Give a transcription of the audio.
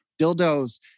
dildos